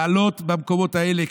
לעלות במקומות האלה,